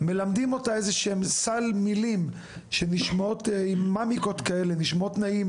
מלמדים אותה סל מילים שנשמעות עם מימיקות שנשמעות נעים